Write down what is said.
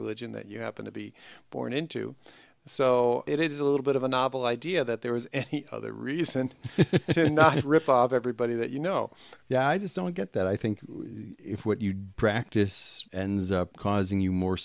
religion that you happen to be born into so it is a little bit of a novel idea that there was any other reason not to rip off everybody that you know yeah i just don't get that i think if what you practice causing you more